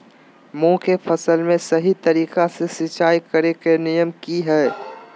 मूंग के फसल में सही तरीका से सिंचाई करें के नियम की हय?